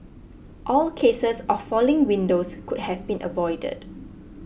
all cases of falling windows could have been avoided